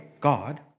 God